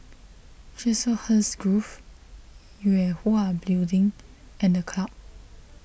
Chiselhurst Grove Yue Hwa Building and the Club